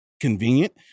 convenient